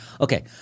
Okay